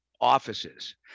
offices